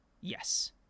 Yes